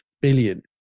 billion